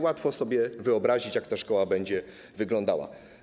Łatwo sobie wyobrazić, jak ta szkoła będzie wyglądała.